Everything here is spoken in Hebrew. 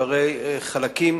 שהרי חלקים